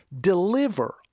deliver